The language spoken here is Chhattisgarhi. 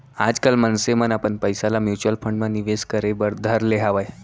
आजकल मनसे मन अपन पइसा ल म्युचुअल फंड म निवेस करे बर धर ले हवय